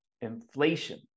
inflation